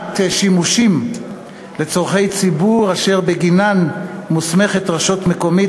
שימושים לצורכי ציבור אשר בגינם מוסמכת רשות מקומית,